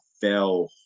fell